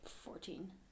Fourteen